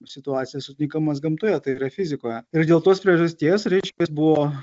situacijas sutinkamas gamtoje tai yra fizikoje ir dėl tos priežasties reiškias buvo